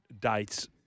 dates